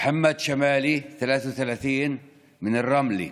מוחמד שמאלי, 33, רמלה,